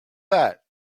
that